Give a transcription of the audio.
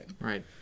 Right